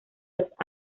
los